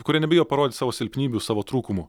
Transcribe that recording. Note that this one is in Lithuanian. kurie nebijo parodyt savo silpnybių savo trūkumų